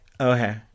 Okay